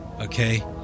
Okay